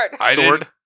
Sword